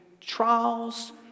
trials